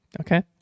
Okay